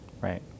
Right